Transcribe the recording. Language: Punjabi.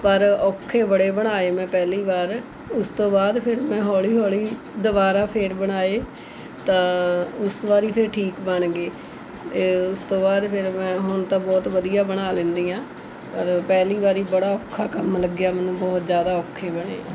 ਪਰ ਔਖੇ ਬੜੇ ਬਣਾਏ ਮੈਂ ਪਹਿਲੀ ਵਾਰ ਉਸ ਤੋਂ ਬਾਅਦ ਫਿਰ ਮੈਂ ਹੌਲੀ ਹੌਲੀ ਦੁਬਾਰਾ ਫੇਰ ਬਣਾਏ ਤਾਂ ਉਸ ਵਾਰੀ ਫਿਰ ਠੀਕ ਬਣ ਗਏ ਉਸ ਤੋਂ ਬਾਅਦ ਫਿਰ ਮੈਂ ਹੁਣ ਤਾਂ ਬਹੁਤ ਵਧੀਆ ਬਣਾ ਲੈਂਦੀ ਹਾਂ ਪਰ ਪਹਿਲੀ ਵਾਰੀ ਬੜਾ ਔਖਾ ਕੰਮ ਲੱਗਿਆ ਮੈਨੂੰ ਬਹੁਤ ਜ਼ਿਆਦਾ ਔਖੇ ਬਣੇ